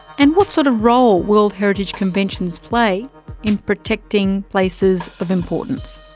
and what sort of role world heritage conventions play in protecting places of importance.